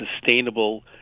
sustainable